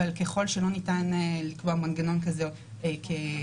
אבל ככל שלא ניתן לקבוע מנגנון כזה מראש,